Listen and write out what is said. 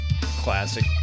classic